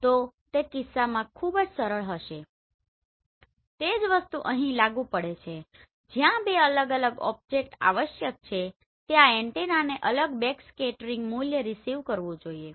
તો તે કિસ્સામાં તે ખૂબ જ સરળ હશે તે જ વસ્તુ અહીં લાગુ પડે છે જ્યાં બે અલગ અલગ ઓબ્જેક્ટ આવશ્યક છે ત્યાં એન્ટેનાને અલગ બેકસ્કેટરિંગ મૂલ્ય રીસીવ કરવું જોઈએ